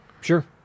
Sure